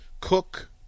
Cook